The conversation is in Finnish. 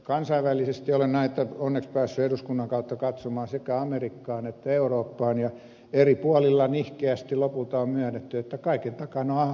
kansainvälisesti olen näitä onneksi päässyt eduskunnan kautta katsomaan sekä amerikkaan että eurooppaan ja eri puolilla nihkeästi lopulta on myönnetty että kaiken takana on ahneus